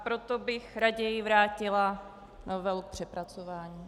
Proto bych raději vrátila novelu k přepracování.